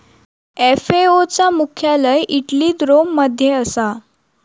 FAO चा मुख्यालय इटलीत रोम मध्ये असा